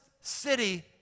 city